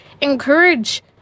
encourage